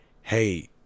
Hey